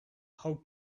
how